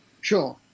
Sure